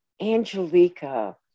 Angelica